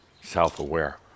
self-aware